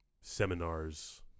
seminars